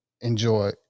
enjoy